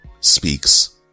speaks